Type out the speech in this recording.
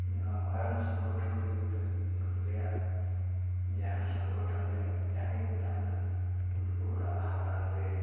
ᱱᱚᱣᱟ ᱢᱟᱨᱟᱝ ᱥᱚᱝᱜᱚᱴᱷᱚᱱ ᱨᱮ ᱡᱩᱫᱟᱹ ᱨᱮᱭᱟᱜ ᱡᱟᱦᱟᱸ ᱥᱚᱝᱜᱚᱴᱷᱚᱱ ᱨᱮᱭᱟᱜ ᱡᱟᱦᱟᱸᱭ ᱠᱚ ᱛᱟᱦᱮᱱᱟ ᱩᱱᱠᱩ ᱦᱚᱲᱟᱜ ᱦᱟᱛᱟᱝ ᱨᱮ